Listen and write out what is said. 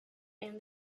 and